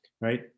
right